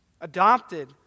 adopted